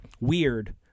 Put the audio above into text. weird